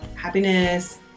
happiness